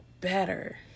better